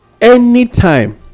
anytime